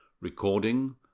recording